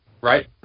right